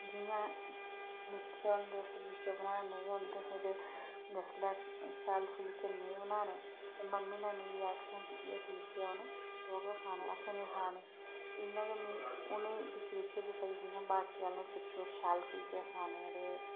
जियां निक्के होंदे फुलके बनाना नेईं औंदे हे ते जिसलै शैल फुलके नेह् बनाने ते मम्मी ने मि आक्खना कि एह् फुलके हून तूं गै खाने असें नी खाने इ'यां गै में उनेंगी दिक्खी दिक्खी कि भई जियां बाकी आह्ले दिक्खे ओह् शैल फुलके खाने ते